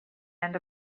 end